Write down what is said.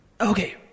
Okay